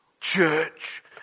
Church